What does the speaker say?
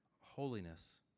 holiness